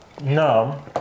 no